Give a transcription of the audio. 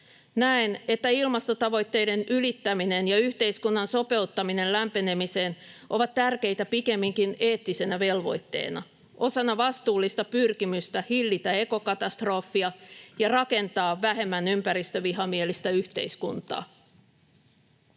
Näen, että ilmastotavoitteiden ylittäminen ja yhteiskunnan sopeuttaminen lämpenemiseen ovat tärkeitä pikemminkin eettisenä velvoitteena, osana vastuullista pyrkimystä hillitä ekokatastrofia ja rakentaa vähemmän ympäristövihamielistä yhteiskuntaa.